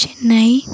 Chennai